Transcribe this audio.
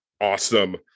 awesome